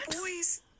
boys